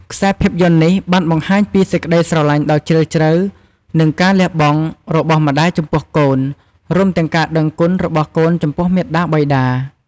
ខ្សែភាពយន្តនេះបានបង្ហាញពីសេចក្ដីស្រឡាញ់ដ៏ជ្រាលជ្រៅ និងការលះបង់របស់ម្តាយចំពោះកូន រួមទាំងការដឹងគុណរបស់កូនចំពោះមាតាបិតា។